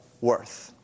worth